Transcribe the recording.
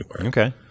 Okay